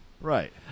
Right